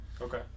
Okay